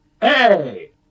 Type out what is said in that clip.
hey